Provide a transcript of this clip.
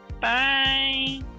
Bye